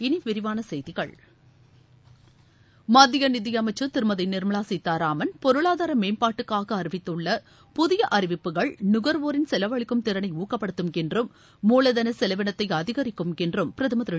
இனிவிரிவானசெய்திகள் மத்தியநிதியமைச்சர் திருமதிநிர்மலாசீதாராமன் பொருளாதாரமேம்பாட்டுக்காகஅறிவித்துள்ள புதியஅறிவிப்புகள் நுகர்வோரின் செலவளிக்கும் திறனைஊக்கப்படுத்தும் என்றும் மூலதனசெலவினத்தை அதிகரிக்கும் என்றும் பிரதமர் திரு